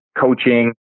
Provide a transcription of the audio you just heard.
coaching